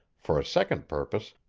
for a second purpose,